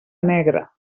negra